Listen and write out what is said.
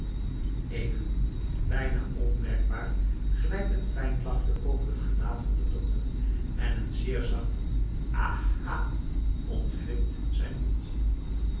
even bijna onmerkbaar glijdt een fijn lachje over het gelaat van den dokter en een zeer zacht aha ontglipt zijn mond